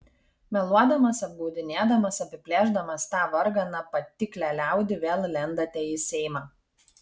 meluodamas apgaudinėdamas apiplėšdamas tą varganą patiklią liaudį vėl lendate į seimą